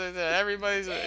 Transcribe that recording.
everybody's